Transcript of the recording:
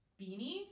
Beanie